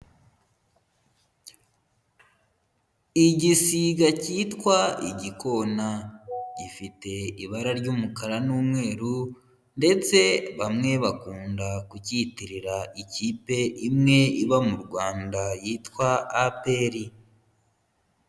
Igisiga cyitwa igikona, gifite ibara ry'umukara n'umweru, ndetse bamwe bakunda kucyitirira ikipe imwe iba mu Rwanda yitwa APR.